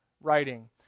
writing